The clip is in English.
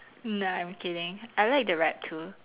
nah I'm kidding I like the wrap too